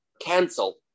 cancel